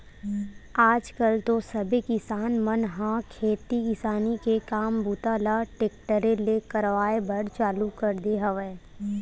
आज कल तो सबे किसान मन ह खेती किसानी के काम बूता ल टेक्टरे ले करवाए बर चालू कर दे हवय